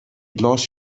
lost